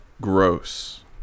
gross